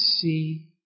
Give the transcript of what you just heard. see